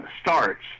starts